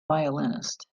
violinist